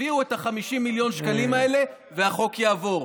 תביאו את ה-50 מיליון שקלים האלה והחוק יעבור.